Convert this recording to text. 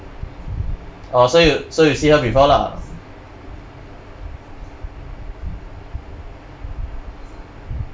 orh so you so you see her before lah